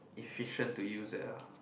efficient to use that ah